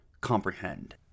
comprehend